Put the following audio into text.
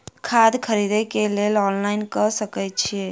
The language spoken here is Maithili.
खाद खरीदे केँ लेल ऑनलाइन कऽ सकय छीयै?